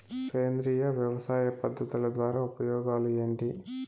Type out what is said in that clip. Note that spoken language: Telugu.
సేంద్రియ వ్యవసాయ పద్ధతుల ద్వారా ఉపయోగాలు ఏంటి?